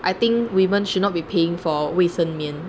I think women should not be paying for 卫生棉